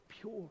pure